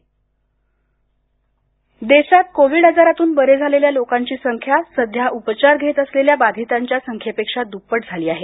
Covid देश देशात Covid आजारातून बरे झालेल्या लोकांची संख्या सध्या उपचार घेत असलेल्या बाधितांच्या संख्येपेक्षा दुप्पट झाली आहे